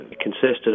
consisted